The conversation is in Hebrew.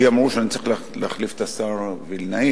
לי אמרו שאני צריך להחליף את השר וילנאי.